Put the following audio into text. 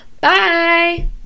Bye